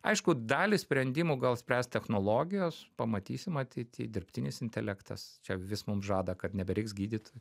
aišku dalį sprendimų gal spręs technologijos pamatysim ateity dirbtinis intelektas čia vis mums žada kad nebereiks gydyt